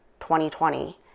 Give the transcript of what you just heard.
2020